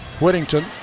Whittington